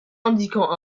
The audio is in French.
indiquant